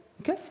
Okay